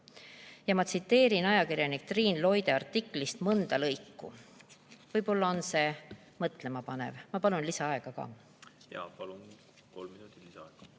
Ma tsiteerin ajakirjanik Triin Loide artiklist mõnda lõiku. Võib-olla paneb see mõtlema. Ma palun lisaaega ka. Palun, kolm minutit lisaaega!